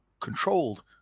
controlled